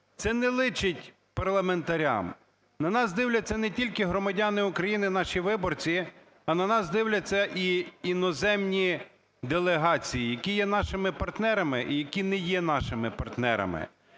Це не личить парламентарям. На нас дивляться не тільки громадяни України – наші виборці, а на нас дивляться і іноземні делегації, які є нашими партнерами і які не є нашими партнерами.